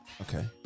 Okay